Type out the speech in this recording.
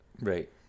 right